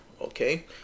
okay